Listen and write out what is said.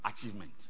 achievement